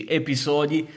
episodi